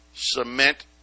cement